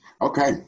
Okay